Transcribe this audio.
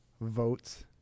Vote's